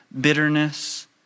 bitterness